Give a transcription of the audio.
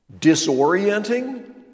disorienting